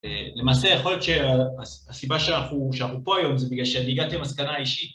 למעשה יכול להיות שהסיבה שאנחנו פה היום זה בגלל שאני הגעתי למסקנה אישית.